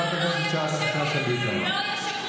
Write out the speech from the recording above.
לא לא לא,